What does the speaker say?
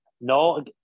No